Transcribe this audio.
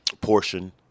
portion